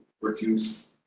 reduce